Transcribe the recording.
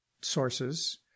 sources